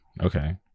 Okay